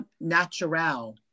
natural